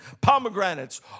pomegranates